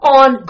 on